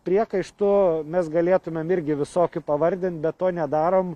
priekaištų mes galėtumėm irgi visokių pavardint be to nedarom